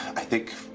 i think,